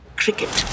cricket